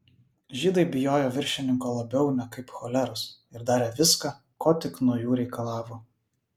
žydai bijojo viršininko labiau nekaip choleros ir darė viską ko tik nuo jų reikalavo